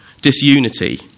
disunity